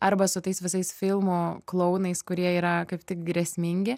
arba su tais visais filmo klounais kurie yra kaip tik grėsmingi